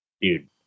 Dude